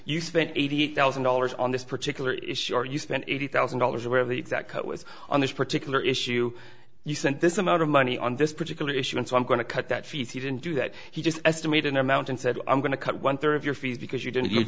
you spent eighty thousand dollars on this particular issue or you spent eighty thousand dollars where the exact quote was on this particular issue you sent this amount of money on this particular issue and so i'm going to cut that he didn't do that he just estimated amount and said i'm going to cut one third of your fees because you didn't